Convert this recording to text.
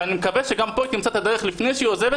ואני מקווה שגם פה היא תמצא את הדרך לפני שהיא עוזבת,